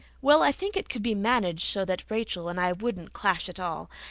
well, i think it could be managed so that rachel and i wouldn't clash at all.